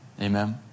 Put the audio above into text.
Amen